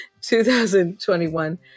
2021